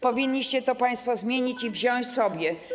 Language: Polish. Powinniście to państwo zmienić i wziąć do siebie.